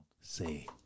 say